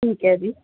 ਠੀਕ ਹੈ ਜੀ